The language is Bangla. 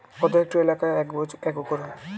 কত হেক্টর এলাকা এক একর হয়?